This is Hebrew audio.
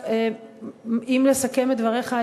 אם לסכם את דבריך,